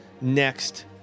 next